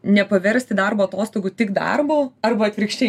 nepaversti darbo atostogų tik darbu arba atvirkščiai